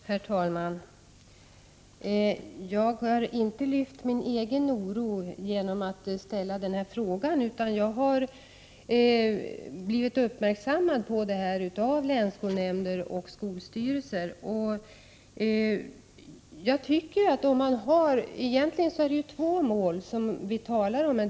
Herr talman! Jag har inte gett uttryck för min egen oro genom att ställa den här frågan, utan jag har blivit uppmärksammad på problemet av länsskolnämnder och skolstyrelser. Egentligen är det ju flera mål som vi talar om.